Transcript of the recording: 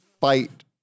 fight